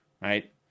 Right